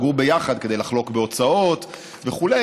כדי לחלוק בהוצאות וכו',